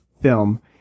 film